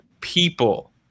people